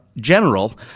general